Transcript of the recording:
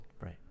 Right